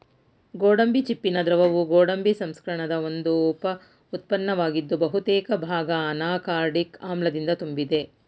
ಗೋಡಂಬಿ ಚಿಪ್ಪಿನ ದ್ರವವು ಗೋಡಂಬಿ ಸಂಸ್ಕರಣದ ಒಂದು ಉಪ ಉತ್ಪನ್ನವಾಗಿದ್ದು ಬಹುತೇಕ ಭಾಗ ಅನಾಕಾರ್ಡಿಕ್ ಆಮ್ಲದಿಂದ ತುಂಬಿದೆ